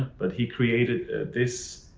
but he created this,